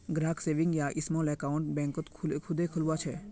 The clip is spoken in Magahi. ग्राहक सेविंग या स्माल अकाउंट बैंकत खुदे खुलवा छे